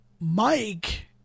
mike